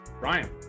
Brian